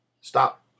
Stop